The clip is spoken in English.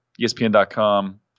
ESPN.com